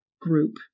group